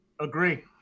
agree